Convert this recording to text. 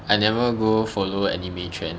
I never go follow anime trend